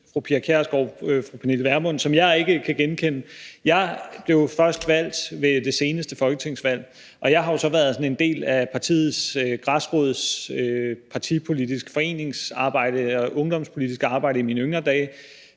fru Pia Kjærsgaard og fru Pernille Vermund, som jeg ikke kan genkende. Jeg blev først valgt ved det seneste folketingsvalg, og jeg har jo så været en del af partiets græsrødder og ungdomspolitiske arbejde i mine yngre dage.